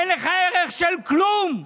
אין לך ערך של כלום.